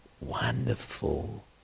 wonderful